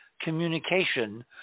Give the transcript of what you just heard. communication